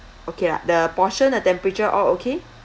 okay lah the portion the temperature all okay